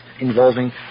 involving